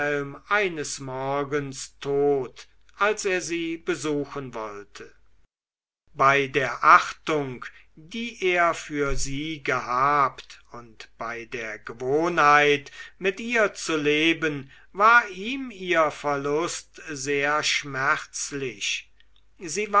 eines morgens tot als er sie besuchen wollte bei der achtung die er für sie gehabt und bei der gewohnheit mit ihr zu leben war ihm ihr verlust sehr schmerzlich sie